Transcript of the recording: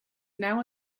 now